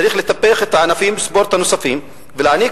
צריך לטפח את ענפי הספורט הנוספים ולהעניק